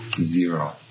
zero